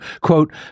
quote